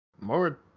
more